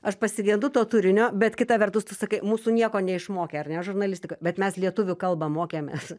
aš pasigendu to turinio bet kita vertus tu sakai mūsų nieko neišmokė ar ne žurnalistika bet mes lietuvių kalbą mokėmės